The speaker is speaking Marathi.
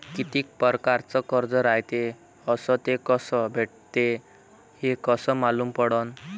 कितीक परकारचं कर्ज रायते अस ते कस भेटते, हे कस मालूम पडनं?